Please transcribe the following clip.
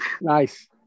Nice